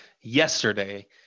yesterday